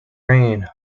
rain